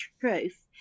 truth